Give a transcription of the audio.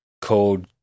called